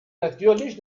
natürlich